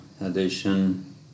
addition